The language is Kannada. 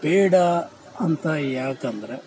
ಬೇಡ ಅಂತ ಯಾಕಂದರೆ